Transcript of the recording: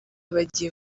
bagiye